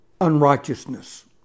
unrighteousness